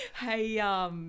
Hey